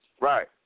Right